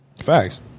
Facts